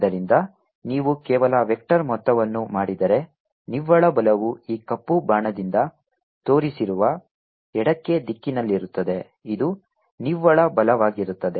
ಆದ್ದರಿಂದ ನೀವು ಕೇವಲ ವೆಕ್ಟರ್ ಮೊತ್ತವನ್ನು ಮಾಡಿದರೆ ನಿವ್ವಳ ಬಲವು ಈ ಕಪ್ಪು ಬಾಣದಿಂದ ತೋರಿಸಿರುವ ಎಡಕ್ಕೆ ದಿಕ್ಕಿನಲ್ಲಿರುತ್ತದೆ ಇದು ನಿವ್ವಳ ಬಲವಾಗಿರುತ್ತದೆ